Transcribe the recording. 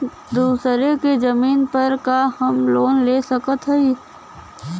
दूसरे के जमीन पर का हम लोन ले सकत हई?